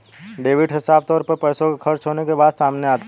debit से साफ तौर पर पैसों के खर्च होने के बात सामने आती है